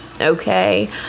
okay